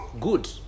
good